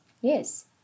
yes